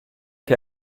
che